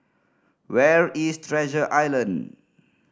where is Treasure Island